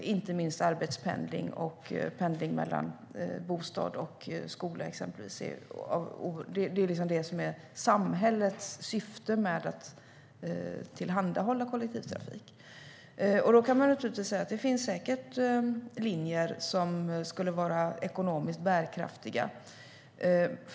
Det gäller inte minst de som arbetspendlar och exempelvis de som pendlar mellan bostad och skola. Det är samhällets syfte med att tillhandahålla kollektivtrafik. Det finns säkert linjer som skulle vara ekonomiskt bärkraftiga.